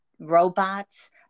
robots